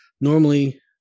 normally